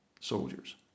soldiers